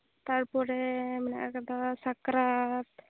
ᱛᱟᱨᱯᱚᱨᱮ ᱢᱮᱱᱟᱜ ᱟᱠᱟᱫᱟ ᱥᱟᱠᱨᱟᱛ